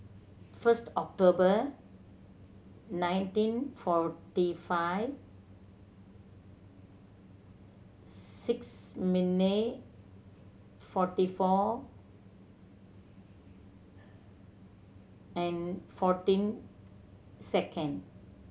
first October nineteen forty five six minute forty four and fourteen second